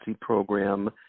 program